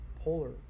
Polar